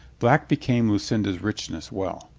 black became lucinda's richness well.